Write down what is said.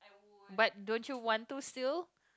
but don't you want to sew